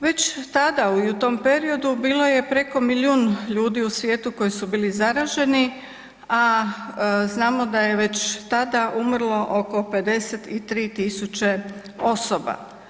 Već tada i u tom periodu bilo je preko milijun ljudi u svijetu koji su bili zaraženi, a znamo da je već tada umrlo oko 53 tisuće osoba.